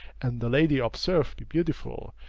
and the lady observed be beautiful,